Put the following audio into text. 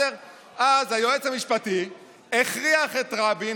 אז היועץ המשפטי הכריח את רבין,